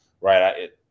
right